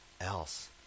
else